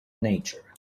nature